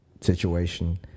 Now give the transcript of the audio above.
situation